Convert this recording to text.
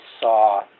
saw